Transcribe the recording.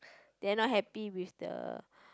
then not happy with the